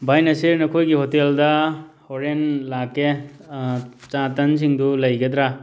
ꯚꯥꯏ ꯅꯁꯤꯔ ꯅꯈꯣꯏꯒꯤ ꯍꯣꯇꯦꯜꯗ ꯍꯣꯔꯦꯟ ꯂꯥꯛꯀꯦ ꯆꯥ ꯇꯟꯁꯤꯡꯗꯨ ꯂꯩꯒꯗ꯭ꯔꯥ